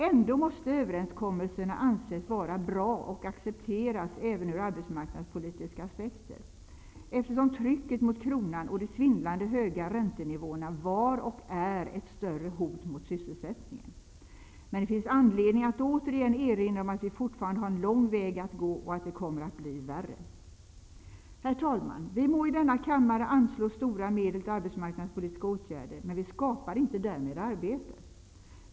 Ändå måste överenskommelserna anses vara bra och accepteras även ur arbetsmarknadspolitiska aspekter, eftersom trycket mot kronan och de svindlande höga räntenivåerna var och är ett större hot mot sysselsättningen. Men det finns anledning att återigen erinra om att vi fortfarande har en lång väg att gå och att det kommer att bli värre. Herr talman! Vi må i denna kammare anslå stora medel till arbetsmarknadspolitiska åtgärder, men vi skapar inte därmed arbete.